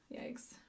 Yikes